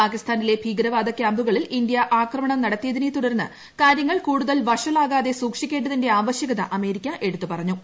പാകിസ്ഥാനിലെ ഭീകരവാദ ക്യാമ്പുകളിൽ ഇന്ത്യ ആക്രമണം നടത്തിയതിനെ തുടർന്ന് കാര്യങ്ങൾ കൂടുതൽ വഷളാകാതെ സൂക്ഷിക്കേണ്ടതിന്റെ ആവശ്യകത അമേരിക്ക എടുത്തുപറഞ്ഞു